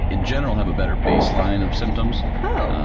in general, have a better baseline of symptoms. oh!